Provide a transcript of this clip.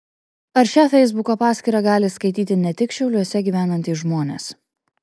ar šią feisbuko paskyrą gali skaityti ne tik šiauliuose gyvenantys žmonės